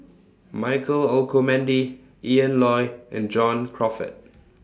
Michael Olcomendy Ian Loy and John Crawfurd